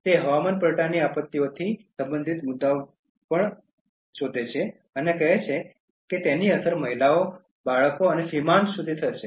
તે હવામાન પલટાની આપત્તિઓથી સંબંધિત મુદ્દાઓ પણ વધે છે અને કહે છે કે તેની અસર મહિલાઓ બાળકો અને સીમાંત પર થશે